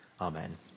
amen